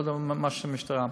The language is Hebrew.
מה שהמשטרה,